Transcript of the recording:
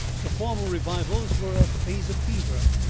the former revivals were a phase of fever,